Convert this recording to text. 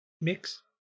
mix